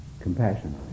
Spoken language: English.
compassion